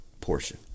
portion